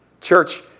Church